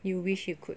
you wish you could